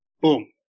Boom